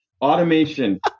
automation